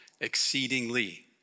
exceedingly